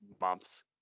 months